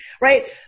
right